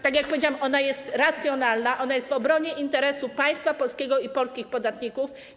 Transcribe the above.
Tak jak powiedziałam, ona jest racjonalna, ona jest w obronie interesu państwa polskiego i polskich podatników.